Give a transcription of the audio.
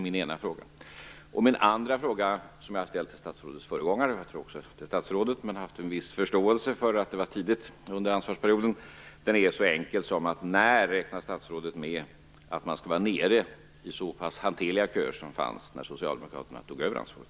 Min andra fråga, som jag har ställt till statsrådets föregångare och även till statsrådet, då med viss förståelse för att frågan ställdes i början av ansvarsperioden, är mycket enkel. När räknar statsrådet med att köerna skall vara så pass hanterliga som de var när Socialdemokraterna tog över ansvaret?